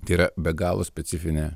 tai yra be galo specifinė